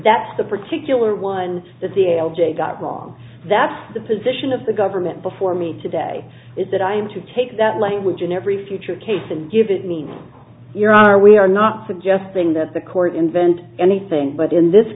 that's the particular one that the ale j got wrong that's the position of the government before me today is that i am to take that language in every future case and give it means your are we are not suggesting that the court invent anything but in this